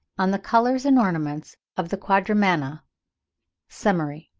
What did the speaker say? on the colours and ornaments of the quadrumana summary.